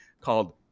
called